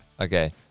Okay